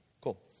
Cool